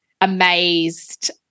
amazed